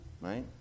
Right